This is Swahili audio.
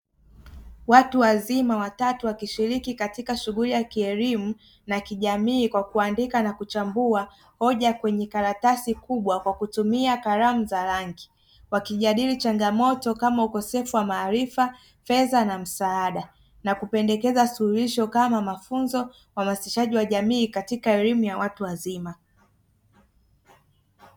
Watu wazima watatu wakishiiki katika shughuli ya kielimu na kijamii, kwa kuandika na kuchambua hoja kwenye karatasi kubwa kwa kutumia kalamu za rangi, wakijadili changamoto kama ukosefu wa maarifa, fedha na msaada na kupendekeza suluhisho kama mafunzo, na uhamasishaji wa jamii katika elimu ya watu wazima.